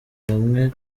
bamwe